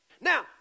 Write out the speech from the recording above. Now